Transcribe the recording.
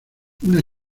una